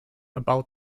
about